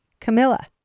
Camilla